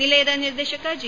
ನಿಲಯದ ನಿರ್ದೇಶಕ ಜಿ